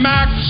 Max